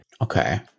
Okay